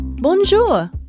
Bonjour